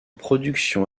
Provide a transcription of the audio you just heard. productions